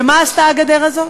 ומה עשתה הגדר הזאת?